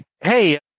hey